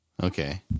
Okay